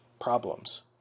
problems